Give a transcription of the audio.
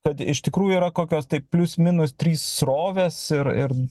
kad iš tikrųjų yra kokios tai plius minus trys srovės ir ir